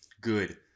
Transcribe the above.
Good